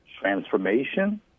transformation